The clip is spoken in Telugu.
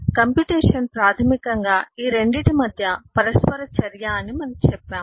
కంప్యుటేషన్ ప్రాథమికంగా ఈ 2 మధ్య పరస్పర చర్య అని మనము చెప్పాము